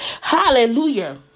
Hallelujah